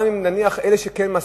גם אם נניח אלה שכן מסכימים,